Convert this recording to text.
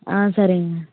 ஆ சரிங்க